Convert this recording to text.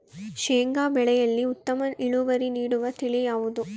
ಶೇಂಗಾ ಬೆಳೆಯಲ್ಲಿ ಉತ್ತಮ ಇಳುವರಿ ನೀಡುವ ತಳಿ ಯಾವುದು?